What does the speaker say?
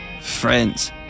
friends